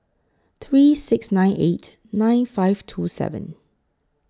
three six nine eight nine five two seven